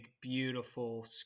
beautiful